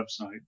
website